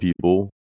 people